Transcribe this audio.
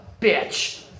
bitch